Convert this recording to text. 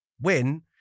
win